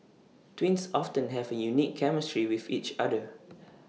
twins often have A unique chemistry with each other